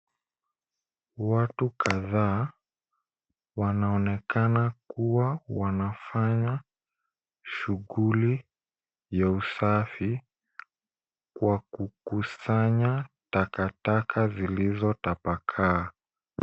Watu kdhaa wanaonekana kuwa wanafanya shughuli ya usafi wa kukusanya takataka zilizotapakaa.